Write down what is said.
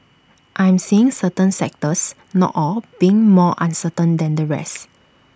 I'm seeing certain sectors not all being more uncertain than the rest